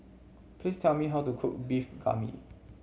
please tell me how to cook Beef Galbi